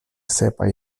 sepa